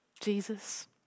Jesus